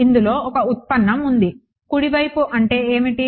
ఇందులో ఒక ఉత్పన్నం ఉంది కుడి వైపు అంటే ఏమిటి